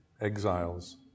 exiles